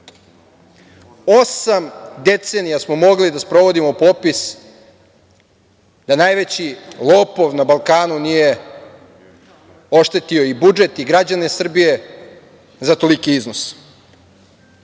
Osam decenija smo mogli da sprovodimo popis da najveći lopov na Balkanu nije oštetio budžet, građane Srbije za toliki